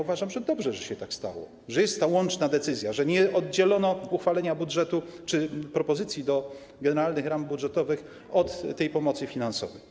Uważam, że dobrze się stało, że jest ta łączna decyzja, że nie oddzielono uchwalenia budżetu czy propozycji do generalnych ram budżetowych od tej pomocy finansowej.